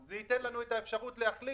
של כל ההטבות מס והפטורים וכו'